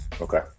Okay